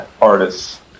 artists